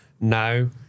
no